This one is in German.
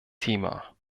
thema